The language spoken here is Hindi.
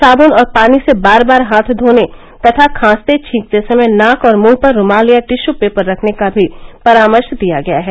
साबुन और पानी से बार बार हाथ धोने तथा खांसते छींकते समय नाक और मुंह पर रुमाल या टिशू पेपर रखने का भी परामर्श दिया गया है